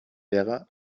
wäre